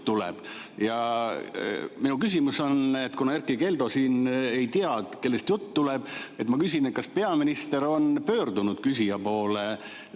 tuleb. Ja minu küsimus on, et kuna Erkki Keldo ei tea, kellest juttu tuleb, siis ma küsin, kas peaminister on pöördunud küsija poole,